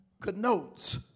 connotes